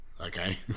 Okay